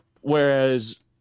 Whereas